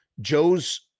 Joe's